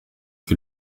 que